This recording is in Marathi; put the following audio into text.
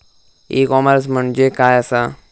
ई कॉमर्स म्हणजे काय असा?